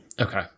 Okay